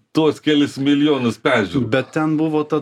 tuos kelis milijonus peržiūrų bet ten buvo ta